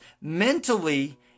mentally